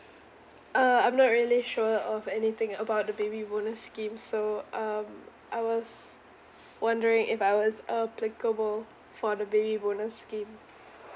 uh I'm not really sure of anything about the baby bonus scheme so um I was wondering if I was applicable for the baby bonus scheme